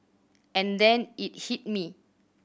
and then it hit me